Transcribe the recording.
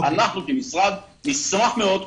אנחנו כמשרד נשמח מאוד לפתור בעיות,